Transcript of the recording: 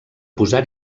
posar